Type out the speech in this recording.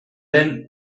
den